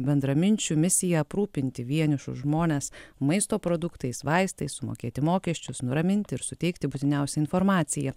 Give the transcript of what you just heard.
bendraminčių misija aprūpinti vienišus žmones maisto produktais vaistais sumokėti mokesčius nuraminti ir suteikti būtiniausią informaciją